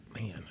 Man